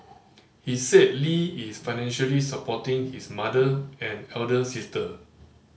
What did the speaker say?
he said Lee is financially supporting his mother and elder sister